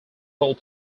role